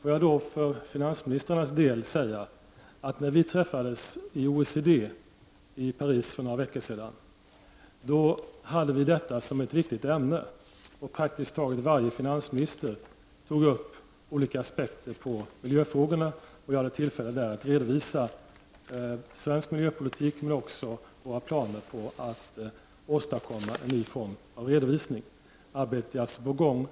Får jag då när det gäller finansministrarna säga att när vi träffades i OECD i Paris för några veckor sedan var miljön ett viktigt ämne. Praktiskt taget varje finansminister tog upp olika aspekter på miljöfrågorna. För min del hade jag tillfälle att redovisa svensk miljöpolitik, liksom också våra planer på att åstadkomma en ny form av redovisning. Arbetet är alltså i gång.